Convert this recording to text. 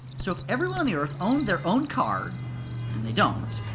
so if everyone in the earth owned their own car and they don't